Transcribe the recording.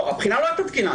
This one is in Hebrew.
הבחינה לא הייתה תקינה,